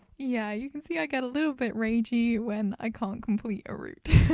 yeah, you can see i get a little bit ragey when i can't complete a route.